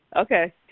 Okay